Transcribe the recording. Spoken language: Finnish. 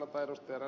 kannatan ed